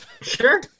Sure